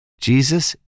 Jesus